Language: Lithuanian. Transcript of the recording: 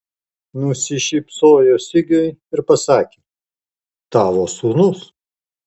nusišypsojo sigiui ir pasakė tavo sūnus